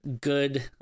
good